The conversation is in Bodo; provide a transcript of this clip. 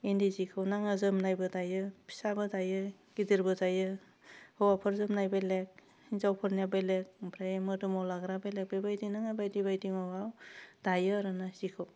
इन्दि जिखौनो आङो जोमनायबो दायो फिसाबो दायो गिदिरबो दायो हौवाफोर जोमनाय बेलेग हिन्जावफोरनियाव बेलेग ओमफ्राय मोदोमाव लाग्रा बेलेग बेबायदिनो बायदि बायदि दङो दायो आरो ना जिखौ